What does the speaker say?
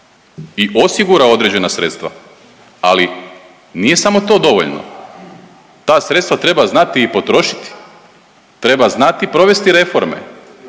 i osigurao određena sredstva, ali nije samo to dovoljno. Ta sredstva treba znati i potrošiti, treba znati provesti reforme,